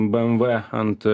bmw ant